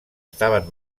estaven